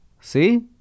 See